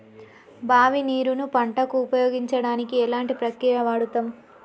బావి నీరు ను పంట కు ఉపయోగించడానికి ఎలాంటి ప్రక్రియ వాడుతం?